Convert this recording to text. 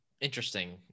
interesting